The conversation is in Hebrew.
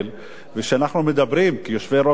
וכשאנחנו מדברים כיושבי-ראש ועדה,